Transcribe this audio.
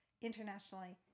internationally